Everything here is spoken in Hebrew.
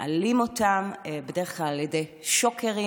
מעלים אותם בדרך כלל על ידי שוקרים,